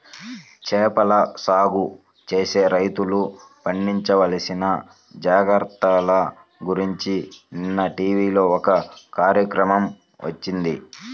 చేపల సాగు చేసే రైతులు పాటించాల్సిన జాగర్తల గురించి నిన్న టీవీలో ఒక కార్యక్రమం వచ్చింది